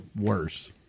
worse